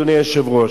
אדוני היושב-ראש,